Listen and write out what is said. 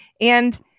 And-